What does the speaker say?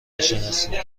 میشناسید